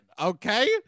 okay